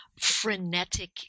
frenetic